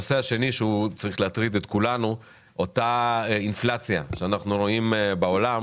הנושא השני שצריך להטריד את כולנו הוא האינפלציה שאנחנו רואים בעולם